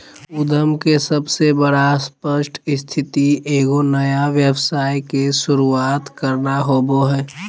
उद्यम के सबसे बड़ा स्पष्ट स्थिति एगो नया व्यवसाय के शुरूआत करना होबो हइ